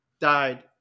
died